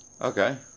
Okay